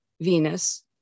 Venus